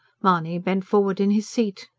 mahony bent forward in his seat.